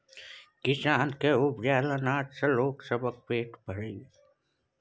किसान केर उपजाएल अनाज सँ लोग सबक पेट भरइ छै